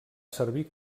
servir